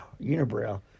unibrow